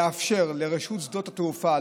לאפשר לרשות שדות התעופה,